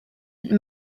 and